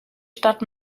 stadt